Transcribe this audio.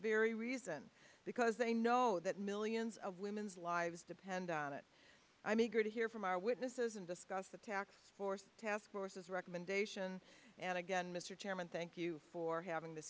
very reason because they know that millions of women's lives depend on it i'm eager to hear from our witnesses and discuss the tax task forces recommendation and again mr chairman thank you for having th